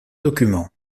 document